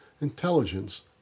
intelligence